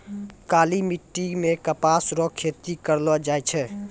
काली मिट्टी मे कपास रो खेती करलो जाय छै